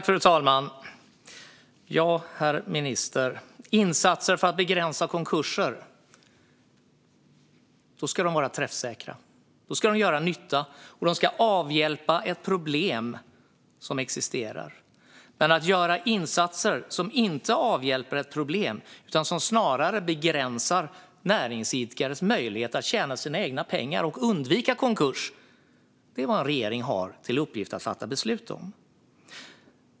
Fru talman! Ja, herr minister, insatser för att begränsa antalet konkurser ska vara träffsäkra. De ska göra nytta, och de ska avhjälpa ett problem som existerar. Att göra insatser som inte avhjälper ett problem utan som snarare begränsar näringsidkares möjligheter att tjäna sina egna pengar och undvika konkurs är inte vad en regering har till uppgift att fatta beslut om.